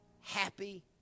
happy